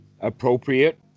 appropriate